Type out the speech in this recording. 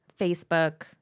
Facebook